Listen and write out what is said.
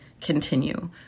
continue